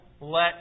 let